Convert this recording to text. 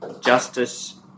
justice